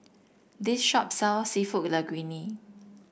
this shop sells seafood Linguine